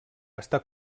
està